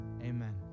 Amen